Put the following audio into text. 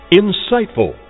insightful